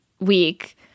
week